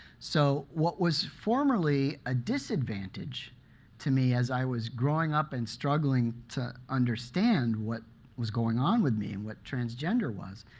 so what was formerly a disadvantage to me as i was growing up and struggling to understand what was going on with me, and what transgender was